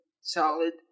solid